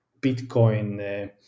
Bitcoin